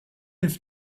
have